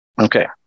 Okay